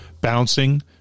bouncing